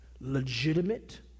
Legitimate